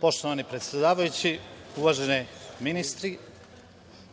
Poštovani predsedavajući, uvaženi ministri,